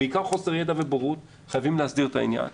בעיקר חוסר ידע ובורות וחייבים להסדיר את העניין.